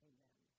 Amen